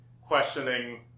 questioning